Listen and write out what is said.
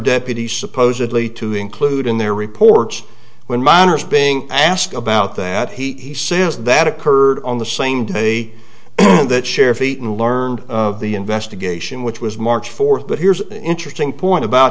deputies supposedly to include in their reports when minors being asked about that he says that occurred on the same day that share phaeton learned of the investigation which was march fourth but here's an interesting point about